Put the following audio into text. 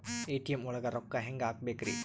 ATM ಒಳಗ್ ರೊಕ್ಕ ಹೆಂಗ್ ಹ್ಹಾಕ್ಬೇಕ್ರಿ?